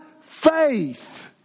faith